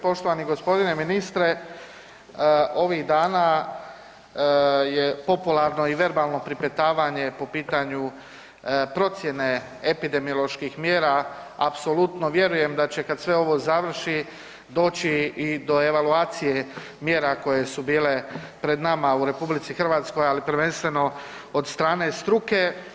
Poštovani g. ministre, ovih dana je popularno i verbalno pripetavanje po pitanju procjene epidemioloških mjera, apsolutno vjerujem da će, kad sve ovo završi doći i do evaluacije mjera koje su bile pred nama u RH, ali prvenstveno od strane struke.